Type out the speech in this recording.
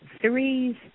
threes